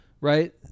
Right